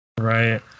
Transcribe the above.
right